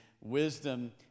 Wisdom